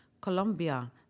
Colombia